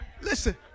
Listen